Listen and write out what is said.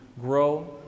grow